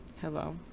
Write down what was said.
hello